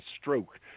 stroke